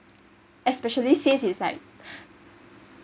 especially since it's like